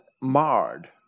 marred